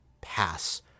pass